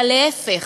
אלא להפך,